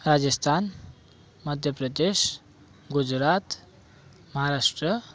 Rajasthan Madhya Pradesh Gujarat Maharashtra